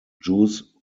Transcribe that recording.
jews